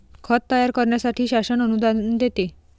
खत तयार करण्यासाठी शासन अनुदान देते